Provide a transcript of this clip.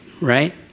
right